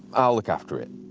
i'll look after it.